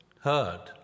heard